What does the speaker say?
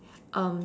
um